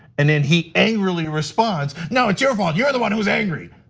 and, then he angrily responds no, it's your fault, you're the one who's angry,